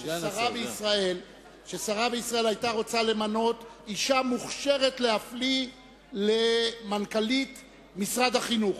ששרה בישראל היתה רוצה למנות אשה מוכשרת להפליא למנכ"לית משרד החינוך,